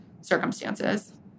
circumstances